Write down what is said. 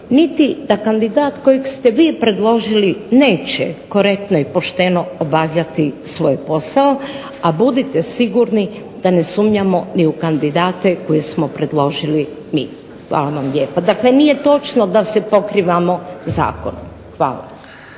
niti da kandidat kojeg ste vi predložili neće korektno i pošteno obavljati svoj posao, a budite sigurni da ne sumnjamo ni u kandidate koje smo predložili mi. Hvala vam lijepa. Dakle nije točno da se pokrivamo zakonom. Hvala.